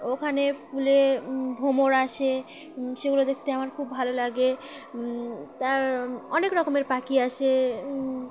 ওখানে ফুলে ভ্রমর আসে সেগুলো দেখতে আমার খুব ভালো লাগে তার অনেক রকমের পাখি আসে